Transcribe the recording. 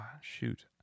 shoot